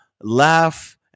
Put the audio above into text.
laugh